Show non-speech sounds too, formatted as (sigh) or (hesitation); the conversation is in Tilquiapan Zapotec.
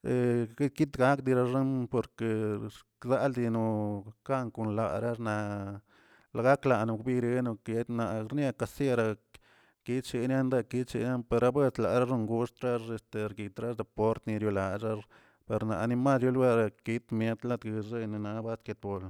(hesitation) ke kitrar deroxen por ke klaldino kan kon lara naꞌ la gaklano biri nokedna rnekasiera kitsherenla kitcheen para buetlar goxtlax este guitra deport linariorax arna nimarchio luegue guitmiet latguexienema basquetbol.